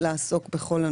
לאחר אישור מראש ובכתב